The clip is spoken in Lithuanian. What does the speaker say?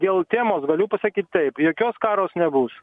dėl temos galiu pasakyt taip jokios karo nebus